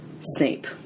Snape